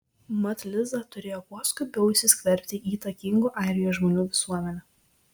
mat liza turėjo kuo skubiau įsiskverbti į įtakingų airijos žmonių visuomenę